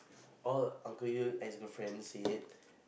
all uncle Yeo ex girlfriend said